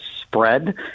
spread